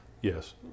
Yes